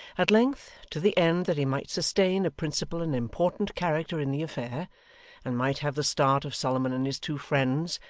at length, to the end that he might sustain a principal and important character in the affair and might have the start of solomon and his two friends,